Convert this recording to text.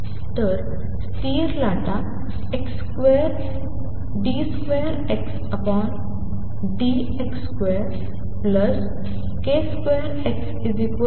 तर स्थिर लाटा d2Xdx2k2X0